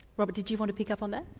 robert did you want to pick up on that?